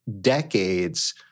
decades